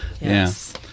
Yes